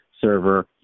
server